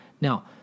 Now